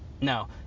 no